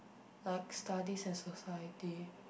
like studies and society